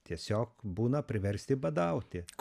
tiesiog būna priversti badauti